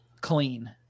clean